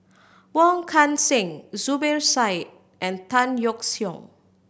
Wong Kan Seng Zubir Said and Tan Yeok Seong